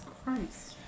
Christ